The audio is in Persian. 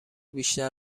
بیشتر